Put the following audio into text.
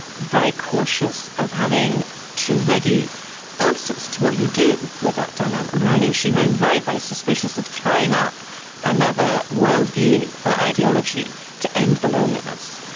very cautious of having too ready answers to what you do with that dilemma and um and she'd been very, very suspicious of throwing up another worldview or ideology to end the loneliness.